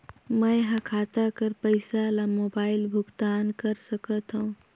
मैं ह खाता कर पईसा ला मोबाइल भुगतान कर सकथव?